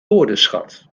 woordenschat